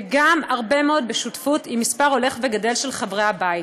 וגם הרבה מאוד בשותפות עם מספר הולך וגדל של חברי הבית.